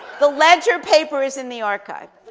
the ledger paper is in the archive.